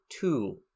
two